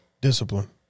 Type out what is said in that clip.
Discipline